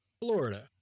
Florida